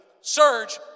Surge